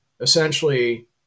essentially